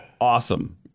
Awesome